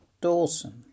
Dawson